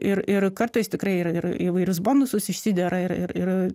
ir ir kartais tikrai ir ir įvairius bonusus išsidera ir ir ir